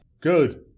Good